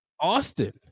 Austin